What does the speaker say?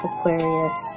Aquarius